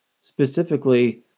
specifically